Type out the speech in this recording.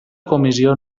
comissió